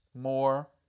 more